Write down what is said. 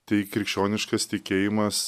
tai krikščioniškas tikėjimas